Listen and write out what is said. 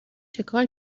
چیکار